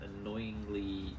annoyingly